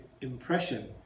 impression